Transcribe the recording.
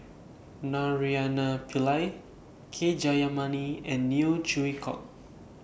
Naraina Pillai K Jayamani and Neo Chwee Kok